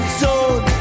zone